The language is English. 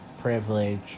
privilege